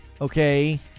okay